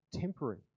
temporary